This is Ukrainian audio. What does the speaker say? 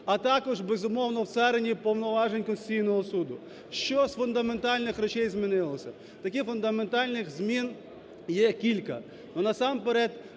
а також, безумовно, в царині повноважень Конституційного Суду. Що з фундаментальних речей змінилося. Таких фундаментальних змін є кілька.